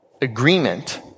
Agreement